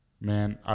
man